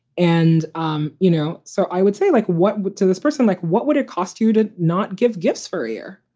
and, um you know, so i would say, like, what would this person like? what would it cost you to not give gifts for a year?